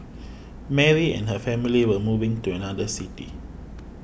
Mary and her family were moving to another city